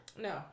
no